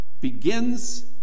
begins